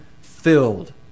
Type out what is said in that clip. filled